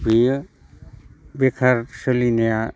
बैयो बेखार सोलिनाया